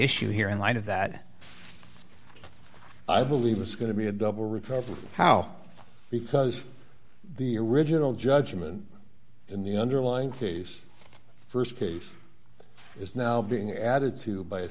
issue here in light of that i believe is going to be a double recover how because the original judgment in the underlying case st case is now being added to by a